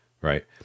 Right